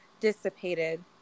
dissipated